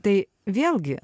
tai vėlgi